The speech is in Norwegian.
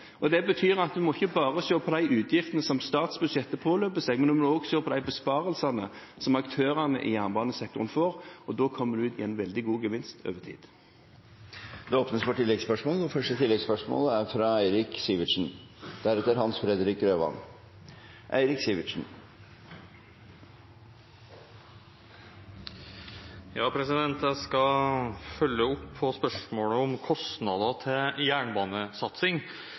Det betyr at en må ikke bare se på de utgiftene som påløper i statsbudsjettet, men en må også se på de besparelsene som aktørene i jernbanesektoren får, og da kommer en ut med en veldig god gevinst over tid. Det åpnes for oppfølgingsspørsmål – først Eirik Sivertsen. Jeg skal følge opp spørsmålet om kostnader til jernbanesatsing, men jeg synes det er på